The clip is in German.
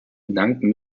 gedanken